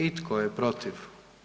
I tko je protiv?